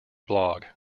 blog